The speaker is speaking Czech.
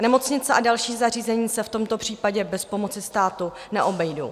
Nemocnice a další zařízení se v tomto případě bez pomoci státu neobejdou.